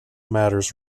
matters